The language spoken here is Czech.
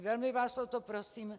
Velmi vás o to prosím.